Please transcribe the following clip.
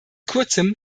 kurzem